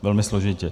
Velmi složitě.